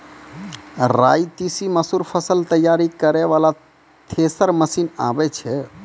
राई तीसी मसूर फसल तैयारी करै वाला थेसर मसीन आबै छै?